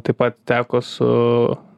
taip pat teko su